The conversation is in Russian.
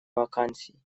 вакансий